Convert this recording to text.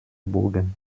burgen